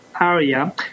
area